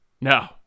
No